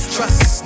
Trust